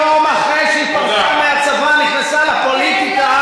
שיום שאחרי שהיא פרשה מהצבא נכנסה לפוליטיקה,